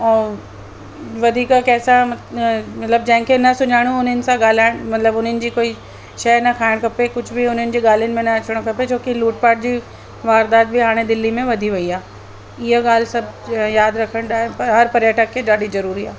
ऐं वधीक कंहिं सां मतिलबु जंहिं खे न सुञाणो उन्हनि सां ॻाल्हाइणु मतिलबु उन्हनि जी कोई शइ न खाइणु खपे कुझु बि उन्हनि जी ॻाल्हियुनि में न अचणो खपे छो की लूट पाट जी वारदात बि हाणे दिल्ली में वधी वई आहे हीअ ॻाल्हि सभु यादि रखणु हर पर्यटक खे ॾाढी ज़रूरी आहे